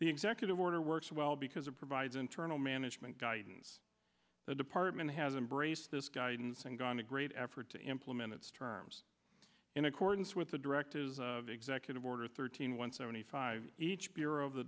the executive order works well because it provides internal management guidance the department has embraced this guidance and gone to great effort to implement its terms in accordance with the directives of executive order thirteen one seventy five each bureau of the